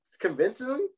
convincingly